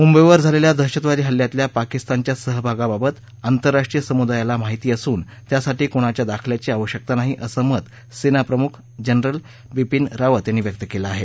मुंबईवर झालेल्या दहशतवादी हल्ल्यातल्या पाकिस्तानच्या सहभागाबाबत आंतरराष्ट्रीय समुदायाला माहिती असून त्यासाठी कुणाच्या दाखल्याची आवश्यकता नाही असं मत सेना प्रमुख जनरल बिपीन रावत यांनी व्यक्त केलं आहे